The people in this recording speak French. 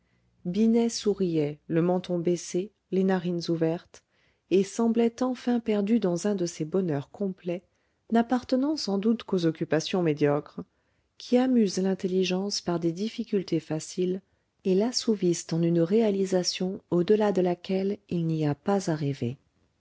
binet souriait le menton baissé les narines ouvertes et semblait enfin perdu dans un de ces bonheurs complets n'appartenant sans doute qu'aux occupations médiocres qui amusent l'intelligence par des difficultés faciles et l'assouvissent en une réalisation au delà de laquelle il n'y a pas à rêver